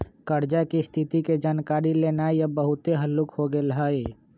कर्जा की स्थिति के जानकारी लेनाइ अब बहुते हल्लूक हो गेल हइ